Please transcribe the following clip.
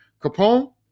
Capone